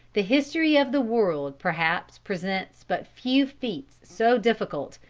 the history of the world perhaps presents but few feats so difficult,